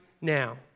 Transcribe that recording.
now